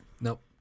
nope